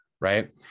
right